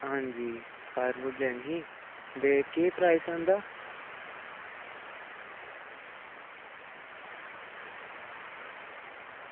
हां जी फायरवुड लैनी ही ते केह् प्राइस ऐ उं'दा